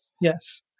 Yes